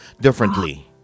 differently